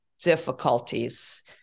difficulties